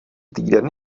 týden